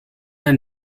ein